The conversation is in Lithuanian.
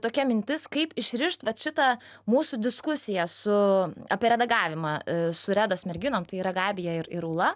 tokia mintis kaip išrišt vat šitą mūsų diskusiją su apie redagavimą su redos merginom tai yra gabija ir ir ūla